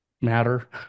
matter